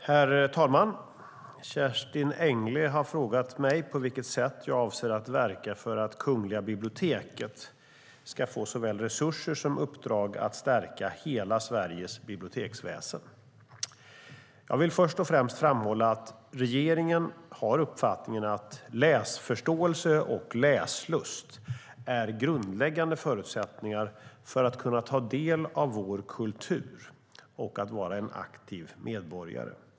Herr talman! Kerstin Engle har frågat mig på vilket sätt jag avser att verka för att Kungliga biblioteket ska få såväl resurser som uppdrag att stärka hela Sveriges biblioteksväsen. Jag vill först och främst framhålla att regeringen har uppfattningen att läsförståelse och läslust är grundläggande förutsättningar för att kunna ta del av vår kultur och för att vara en aktiv medborgare.